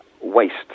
waste